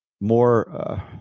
more